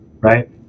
right